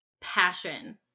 passion